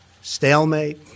stalemate